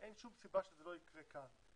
ואין שום סיבה שזה לא יקרה כאן.